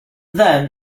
then